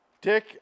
Dick